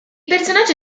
personaggio